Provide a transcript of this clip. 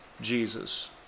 Jesus